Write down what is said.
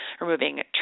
removing